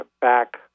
back